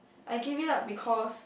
I gave it up because